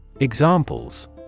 Examples